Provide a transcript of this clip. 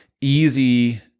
easy